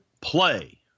play